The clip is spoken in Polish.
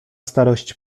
starość